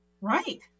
Right